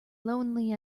lonely